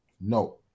no